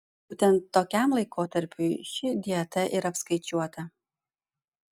būtent tokiam laikotarpiui ši dieta ir apskaičiuota